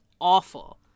Awful